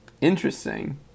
interesting